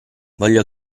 voglio